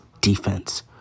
defense